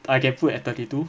I get fooled at thirty two